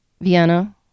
Vienna